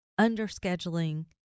under-scheduling